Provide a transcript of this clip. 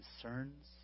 concerns